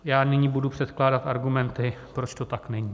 Já nyní budu předkládat argumenty, proč to tak není.